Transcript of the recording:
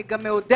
אני מאוד מעריכה